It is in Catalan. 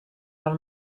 del